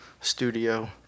studio